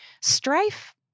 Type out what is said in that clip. strife